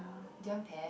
do you want pear